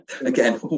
Again